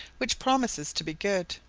which promises to be good.